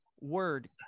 Word